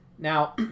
Now